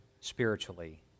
spiritually